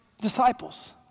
disciples